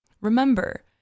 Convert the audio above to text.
Remember